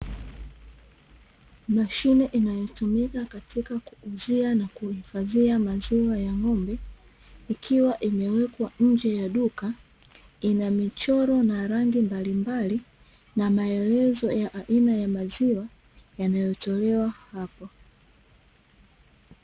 Mashine inayotumika katika kuuzia na kuhifadhia maziwa ya ng'ombe, ikiwa imewekwa nje ya duka, ina michoro na rangi mbalimbali na maelezo ya aina ya maziwa yanotolewa hapo.